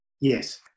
Yes